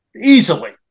easily